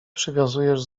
przywiązujesz